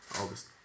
August